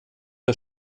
der